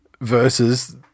versus